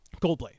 Coldplay